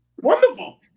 Wonderful